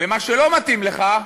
ומה שלא מתאים לך,